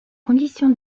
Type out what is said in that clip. condition